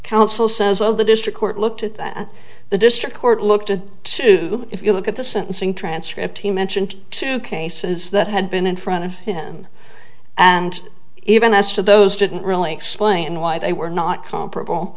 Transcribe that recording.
council says of the district court looked at that the district court looked at two if you look at the sentencing transcript he mentioned two cases that had been in front of him and even as to those didn't really explain why they were not comparable